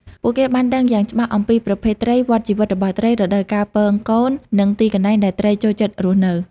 ពួកគេបានដឹងយ៉ាងច្បាស់អំពីប្រភេទត្រី វដ្តជីវិតរបស់ត្រី រដូវកាលពងកូន និងទីកន្លែងដែលត្រីចូលចិត្តរស់នៅ។